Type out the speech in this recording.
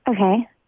Okay